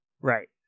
Right